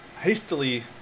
hastily